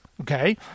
okay